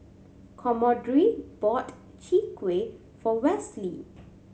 Commodore bought Chwee Kueh for Wesley